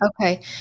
Okay